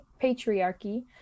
patriarchy